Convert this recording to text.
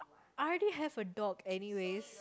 I already have a dog anyways